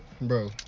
Bro